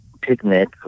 picnic